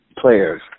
players